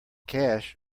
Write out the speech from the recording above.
cash